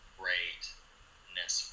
greatness